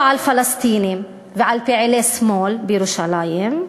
על פלסטינים ועל פעילי שמאל בירושלים.